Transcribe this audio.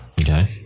Okay